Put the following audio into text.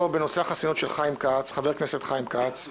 אנחנו דנים פה בנושא החסינות של חבר הכנסת חיים כץ.